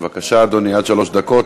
בבקשה, אדוני, עד שלוש דקות.